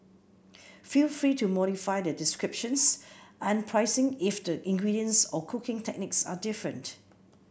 feel free to modify the descriptions and pricing if the ingredients or cooking techniques are different